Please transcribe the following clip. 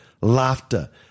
laughter